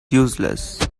useless